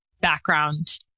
background